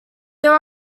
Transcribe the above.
there